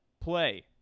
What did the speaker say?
play